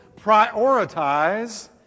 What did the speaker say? Prioritize